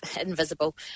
invisible